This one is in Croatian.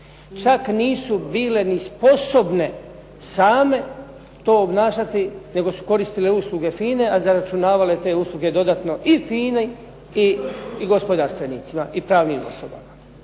Čak nisu bile ni sposobne same to obnašati, nego su koristile usluge FINA-e, a zaračunavale te usluge dodatno i FINA-e i gospodarstvenicima i pravnim osobama.